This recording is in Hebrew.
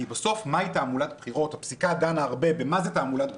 כי הפסיקה דנה הרבה במה זה תעמולת בחירות,